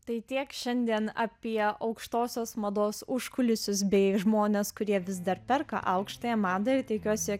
tai tiek šiandien apie aukštosios mados užkulisius bei žmones kurie vis dar perka aukštąją madą ir tikiuosi